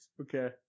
Okay